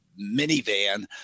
minivan